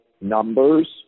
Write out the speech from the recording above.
numbers